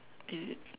is it